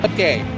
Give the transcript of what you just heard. Okay